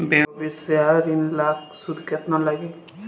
व्यवसाय ऋण ला सूद केतना लागी?